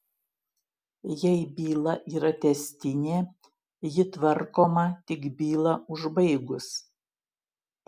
jei byla yra tęstinė ji tvarkoma tik bylą užbaigus